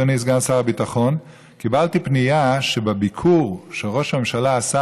אדוני סגן שר הביטחון: קיבלתי פנייה על כך שבביקור שראש הממשלה עשה